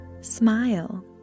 Smile